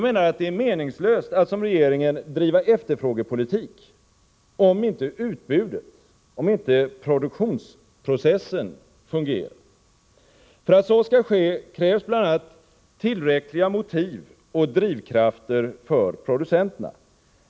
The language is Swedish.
Det är meningslöst att, som regeringen gör, driva efterfrågepolitik om inte utbudet och produktionsprocessen fungerar. För att så skall ske, krävs bl.a. tillräckliga motiv och drivkrafter för producenterna.